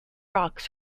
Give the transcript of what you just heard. rocks